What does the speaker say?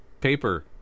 paper